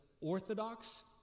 Orthodox